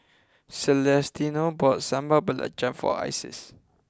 Celestino bought Sambal Belacan for Isis